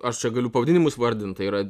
aš čia galiu pavadinimus vardint tai yra